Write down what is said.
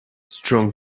strong